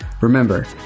Remember